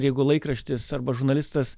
ir jeigu laikraštis arba žurnalistas